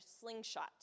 slingshot